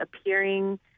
appearing